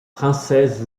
princesse